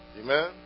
Amen